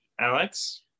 Alex